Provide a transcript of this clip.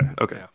Okay